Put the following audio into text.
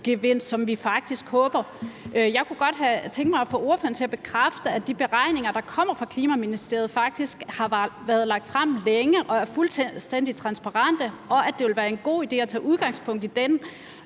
som vi faktisk håber at vi får. Jeg kunne godt tænke mig at få ordføreren til at bekræfte, at de beregninger, der kommer fra Klima-, Energi- og Forsyningsministeriet, faktisk har været lagt frem længe og er fuldstændig transparente, og at det ville være en god idé at tage udgangspunkt i dem,